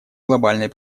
глобальной